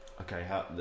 okay